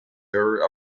her